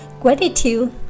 Gratitude